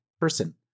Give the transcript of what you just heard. person